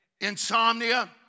insomnia